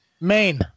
Maine